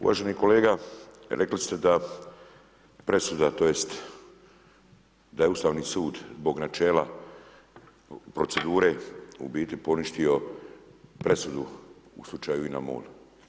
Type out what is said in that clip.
Uvaženi kolega, rekli ste da presuda tj. da je Ustavni sud zbog načela, procedure u biti, poništio presudu u slučaju INA Mol.